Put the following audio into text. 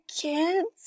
kids